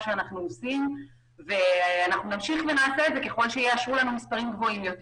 שאנחנו עושים ונמשיך ונעשה את זה ככל שיאשרו לנו מספרים גבוהים יותר